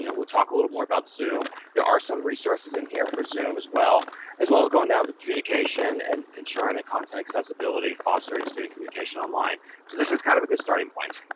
you know we'll talk a little more about zoom there are some resources in here for zoom, as well as well as going down to communication and ensuring content accessibility, fostering student communication online so this is kind of a good starting point.